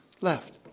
left